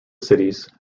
cities